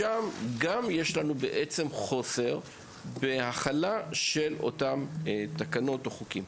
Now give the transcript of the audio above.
גם שם יש לנו חוסר בהחלה של אותן תקנות, או חוקים.